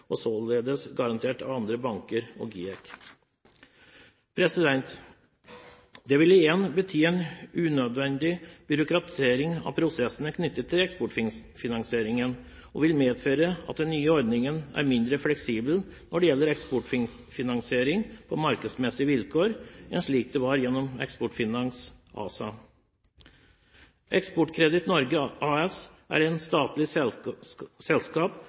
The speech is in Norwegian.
og således garantert av andre banker og GIEK. Det vil igjen bety en unødvendig byråkratisering av prosessene knyttet til eksportfinansieringen og vil medføre at den nye ordningen er mindre fleksibel når det gjelder eksportfinansiering og markedsmessige vilkår, enn slik det var gjennom Eksportfinans ASA. Eksportkreditt Norge AS er et statlig selskap